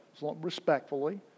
respectfully